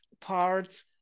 parts